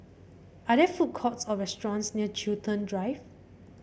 are there food courts or restaurants near Chiltern Drive